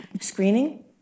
screening